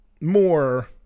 more